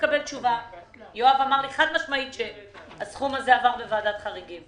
הסכום של 360,000 שקל עבר בוועדת חריגים.